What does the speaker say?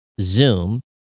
Zoom